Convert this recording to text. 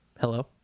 Hello